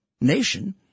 nation